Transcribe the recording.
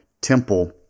temple